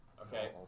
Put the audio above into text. Okay